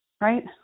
right